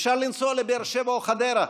אפשר לנסוע לבאר שבע או לחדרה.